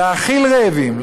להאכיל רעבים,